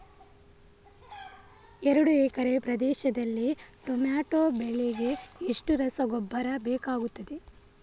ಎರಡು ಎಕರೆ ಪ್ರದೇಶದಲ್ಲಿ ಟೊಮ್ಯಾಟೊ ಬೆಳೆಗೆ ಎಷ್ಟು ರಸಗೊಬ್ಬರ ಬೇಕಾಗುತ್ತದೆ?